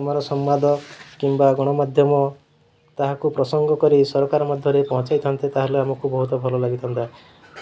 ଆମର ସମ୍ବାଦ କିମ୍ବା ଗଣମାଧ୍ୟମ ତାହାକୁ ପ୍ରସଙ୍ଗ କରି ସରକାର ମଧ୍ୟରେ ପହଞ୍ଚାଇଥାନ୍ତେ ତା'ହେଲେ ଆମକୁ ବହୁତ ଭଲ ଲାଗିଥାନ୍ତା